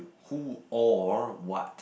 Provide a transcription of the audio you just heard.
who or what